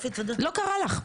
לא קרה לך.